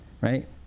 right